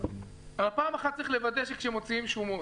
פעם אחת צריך לוודא שכאשר מוציאים שומות,